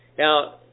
Now